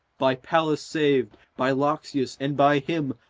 by pallas saved, by loxias, and by him,